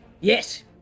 Yes